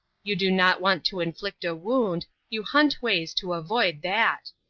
you do not want to inflict a wound you hunt ways to avoid that.